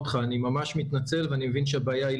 מתעוררות כמה שאלות ואני מבקש שהמשרד יתייחס